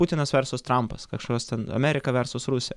putinas versus trampas kažkas ten amerika versus rusija